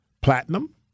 platinum